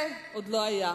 זה עוד לא היה.